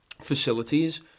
facilities